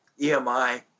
EMI